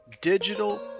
digital